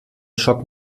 schock